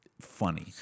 funny